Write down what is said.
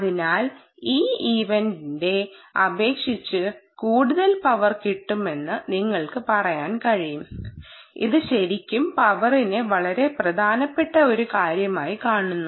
അതിനാൽ ഈ ഇവന്റിനെ അപേക്ഷിച്ച് കൂടുതൽ പവർ കിട്ടുമെന്ന് നിങ്ങൾക്ക് പറയാൻ കഴിയും ഇത് ശരിക്കും പവറിനെ വളരെ പ്രധാനപ്പെട്ട ഒരു കാര്യമായി കാണുന്നു